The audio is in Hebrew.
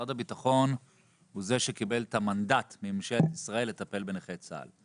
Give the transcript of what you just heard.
משרד הביטחון הוא זה שקיבל את המנדט מממשלת ישראל לטפל בנכי צה"ל.